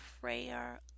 prayer